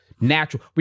natural